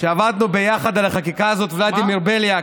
שעבדנו ביחד על החקיקה הזאת, גם ולדימיר בליאק,